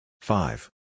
Five